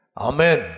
Amen